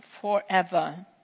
forever